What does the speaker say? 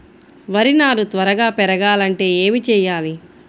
వరి నారు త్వరగా పెరగాలంటే ఏమి చెయ్యాలి?